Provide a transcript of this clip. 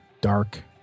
dark